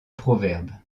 proverbe